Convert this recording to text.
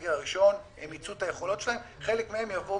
בסגר הראשון מיצו את היכולות שלהם, חלק מהם יבואו